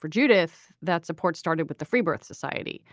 for judith. that support started with the free birth society.